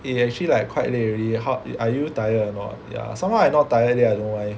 eh actually like quite late already how you are you tired or not ya somehow I not tired leh I don't know why